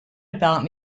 about